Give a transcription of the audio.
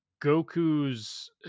Goku's